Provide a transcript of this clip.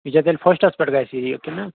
یہِ چھا تیٚلہِ فٔسٹَس پٮ۪ٹھ گژھِ یہِ کہِ نہٕ